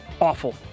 Awful